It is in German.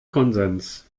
konsens